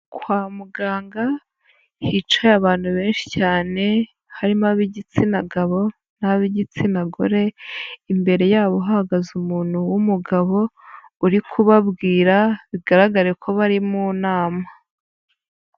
Kwa muganga hicaye abantu benshi cyane, harimo ab'igitsina gabo n'ab'igitsina gore, imbere yabo hahagaze umuntu w'umugabo uri kubabwira, bigaragare ko bari mu nama.